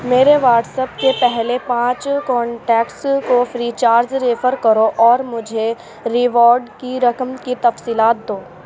میرے WhatsApp کے پہلے پانچ کانٹیکٹس کو فری چارج ریفر کرو اور مجھے ریوارڈ کی رقم کی تفصیلات دو